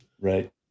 Right